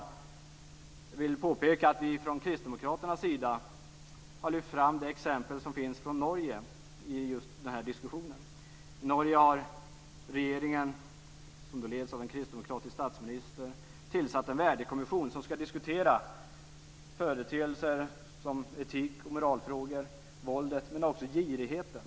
Jag vill påpeka att vi från Kristdemokraternas sida i den här diskussionen har lyft fram det exempel som finns från Norge. I Norge har regeringen, som leds av en kristdemokratisk statsminister, tillsatt en värdekommission som skall diskutera företeelser som etik och moralfrågor, våldet men också girigheten.